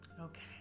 Okay